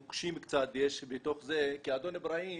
בגדול, שני מוקשים יש בתוך זה, כי אדון אברהים